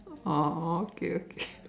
oh okay okay